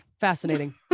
Fascinating